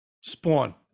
spawn